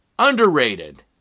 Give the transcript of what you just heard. underrated